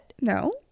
no